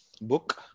book